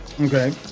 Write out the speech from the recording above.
Okay